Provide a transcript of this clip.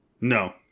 No